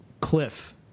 cliff